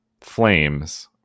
flames